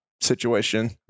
situation